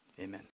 amen